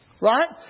Right